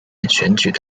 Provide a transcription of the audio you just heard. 选举